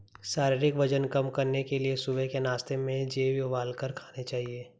शारीरिक वजन कम करने के लिए सुबह के नाश्ते में जेई उबालकर खाने चाहिए